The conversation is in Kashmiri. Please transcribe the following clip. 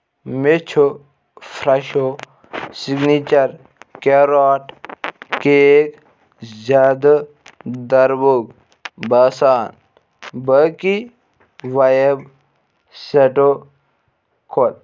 مےٚ چھُ فرٛٮ۪شو سِکنیچر کیروٹ کیک زیادٕ دَروٚگ باسان باقٕے وایب سیٹَو کھۄت